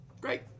Great